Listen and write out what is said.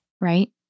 Right